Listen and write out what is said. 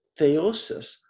theosis